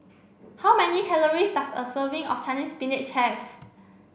how many calories does a serving of Chinese spinach have